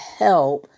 help